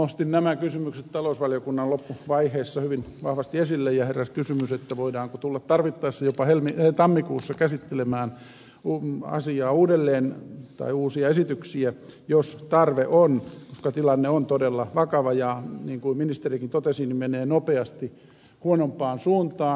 nostin nämä kysymykset talousvaliokunnan käsittelyn loppuvaiheessa hyvin vahvasti esille ja heräsi kysymys voidaanko tulla tarvittaessa jopa tammikuussa käsittelemään uusia esityksiä jos tarve on koska tilanne on todella vakava ja niin kuin ministerikin totesi menee nopeasti huonompaan suuntaan